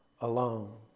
alone